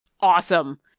Awesome